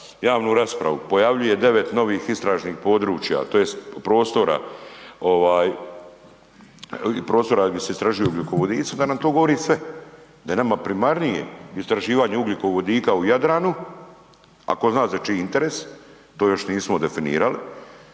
javnu raspravu pojavljuje 9 novih istražnih područja tj. prostora ovaj, prostora gdje se istražuju ugljikovodici onda nam to govori sve. Da je nama primarnije istraživanje ugljikovodika u Jadranu, a tko zna za čiji interes. To još nismo definirali